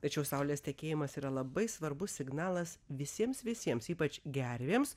tačiau saulės tekėjimas yra labai svarbus signalas visiems visiems ypač gervėms